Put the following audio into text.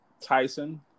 Tyson